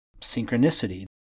synchronicity